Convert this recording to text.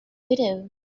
widow